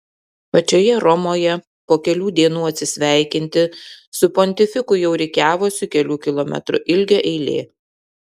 pačioje romoje po kelių dienų atsisveikinti su pontifiku jau rikiavosi kelių kilometrų ilgio eilė